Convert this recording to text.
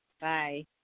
Bye